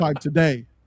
today